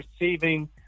receiving